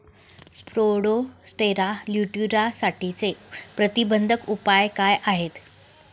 Spodoptera लिट्युरासाठीचे प्रतिबंधात्मक उपाय काय आहेत?